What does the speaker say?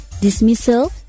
dismissal